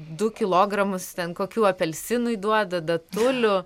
du kilogramus ten kokių apelsinui duoda datulių